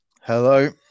Hello